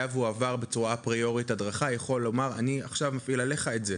היה והוא עבר הדרכה, יכול להפעיל את זה?